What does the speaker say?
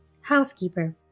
housekeeper